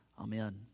Amen